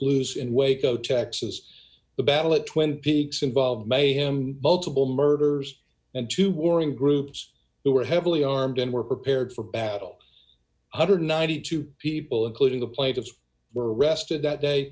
loose in waco texas the battle of twin peaks involved mayhem multiple murders and two warring groups who were heavily armed and were prepared for battle one hundred and ninety two people including the plate of were arrested that day